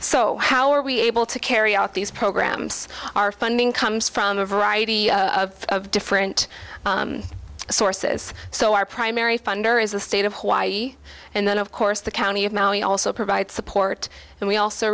so how are we able to carry out these programs are funding comes from a variety of different sources so our primary funder is the state of hawaii and then of course the county of maui also provides support and we also